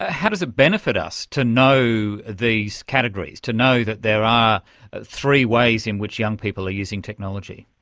how does it benefit us to know these categories, to know that there are three ways in which young people are using technology?